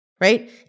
right